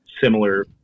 similar